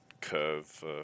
curve